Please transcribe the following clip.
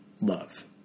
love